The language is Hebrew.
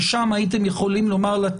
ושם הייתם יכולים לומר לה,